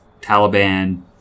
Taliban